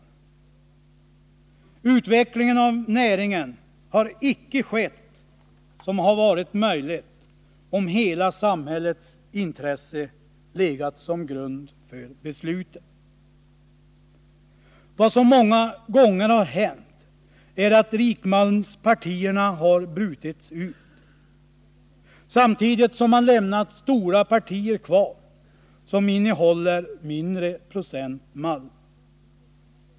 Den utveckling av näringen har icke skett som hade varit möjlig, om hela samhällets intresse hade legat som grund för besluten. Vad som många gånger har hänt är att rikmalmspartierna har brutits ut, samtidigt som man lämnat stora partier kvar som innehåller procentuellt sett mindre malm.